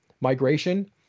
migration